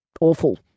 awful